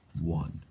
one